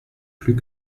plus